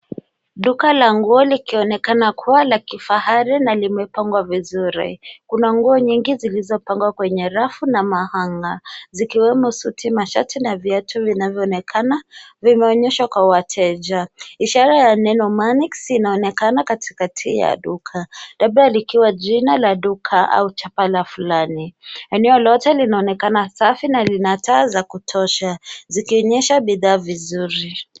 Duka la nguo likionekana kuwa la kifahari na limepangwa vizuri. Kuna nguo nyingi zilizopangwa kwenye rafu na mahanger zikiwemo suti, mashati na viatu vinavyoonekana vimeonyeshwa kwa wateja. Ishara ya neno Manix inaonekana katikati ya duka labda likiwa jina la duka au chapa la fulani. Eneo lote linaonekana safi na lina taa za kutosha zikionyesha bidhaa vizuri.